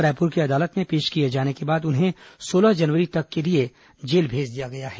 रायपुर की अदालत में पेश किए जाने के बाद उन्हें सोलह जनवरी तक के लिए जेल भेज दिया गया है